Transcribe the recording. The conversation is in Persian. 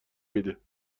میده